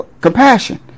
compassion